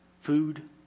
Food